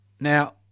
Now